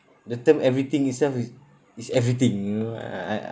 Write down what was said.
the term everything itself is is everything you know I I